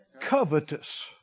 covetous